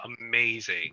amazing